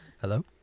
Hello